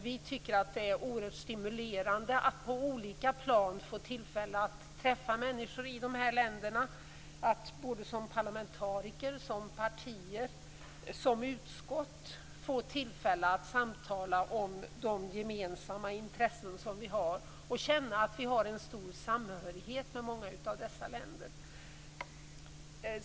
Vi tycker att det är oerhört stimulerande att på olika plan få tillfälle att träffa människor i de här länderna, att som parlamentariker, som partier och som utskott få tillfälle att samtala om de gemensamma intressen som vi har och känna att vi har en stor samhörighet med många av dessa länder.